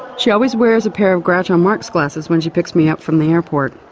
she always wears a pair of groucho marx glasses when she picks me up from the airport.